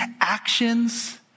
actions